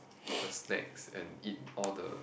the snacks and eat all the